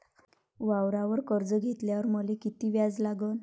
वावरावर कर्ज घेतल्यावर मले कितीक व्याज लागन?